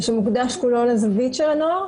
בתקופה האחרונה